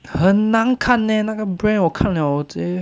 很难看 eh 那个 brand 我看 liao 我直接